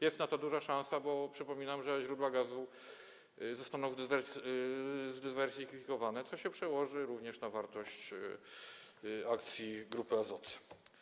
Jest na to duża szansa, bo, przypominam, źródła gazu zostaną zdywersyfikowane, co się przełoży również na wartość akcji Grupy Azoty.